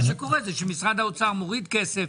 מה שקורה זה שמשרד האוצר מוריד כסף